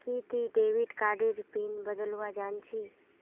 कि ती डेविड कार्डेर पिन बदलवा जानछी